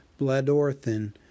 Bledorthin